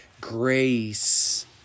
Grace